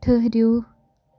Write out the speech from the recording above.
ٹھٕرِو